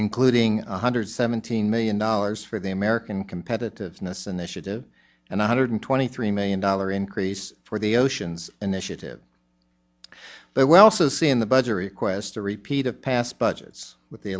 including one hundred seventeen million dollars for the american competitiveness initiative and one hundred twenty three million dollar increase for the oceans initiative that will also see in the budget request a repeat of past budgets with the